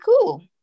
cool